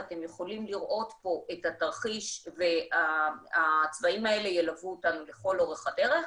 ואתם יכולים לראות פה את התרחיש והצבעים האלה ילוו אותנו לכל אורך הדרך.